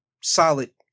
solid